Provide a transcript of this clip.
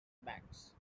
banks